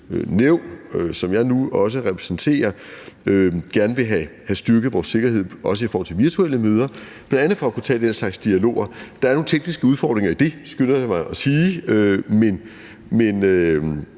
nævn, som jeg nu også repræsenterer, i det hele taget gerne vil have styrket vores sikkerhed også i forhold til virtuelle møder, bl.a. for at kunne tage den slags dialoger. Der er nogle tekniske udfordringer i det – skynder jeg mig at sige – men